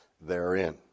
therein